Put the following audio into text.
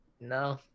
no